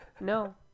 no